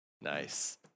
Nice